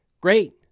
Great